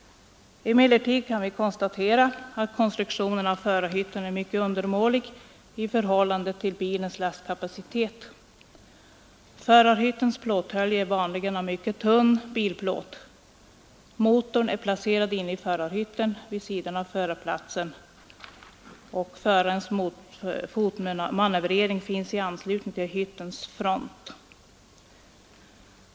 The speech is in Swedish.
Emellertid kan vi konstatera att konstruktionen av förarhytten är mycket undermålig i förhållande till bilens lastkapacitet. Förarhyttens plåthölje är vanligen av mycket tunn bilplåt. Motorn är placerad inne i förarhytten vid sidan av förarplatsen. Förarens fotmanövrering finns i anslutning till hyttens front.